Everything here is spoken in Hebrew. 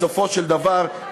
בסופו של דבר,